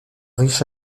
riche